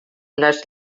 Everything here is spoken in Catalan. les